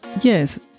Yes